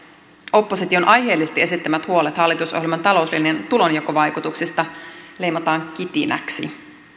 opposition aiheellisesti esittämät huolet hallitusohjelman talouslinjan tulonjakovaikutuksista leimataan kitinäksi